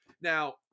Now